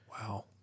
wow